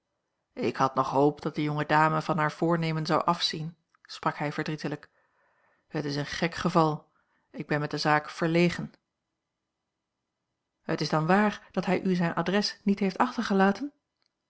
ik had nog hoop dat de jonge dame van haar voornemen zou afzien sprak hij verdrietelijk het is een gek geval ik ben met de zaak verlegen a l g bosboom-toussaint langs een omweg het is dan waar dat hij u zijn adres niet heeft achtergelaten